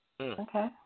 Okay